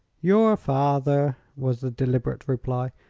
your father, was the deliberate reply,